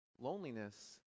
Loneliness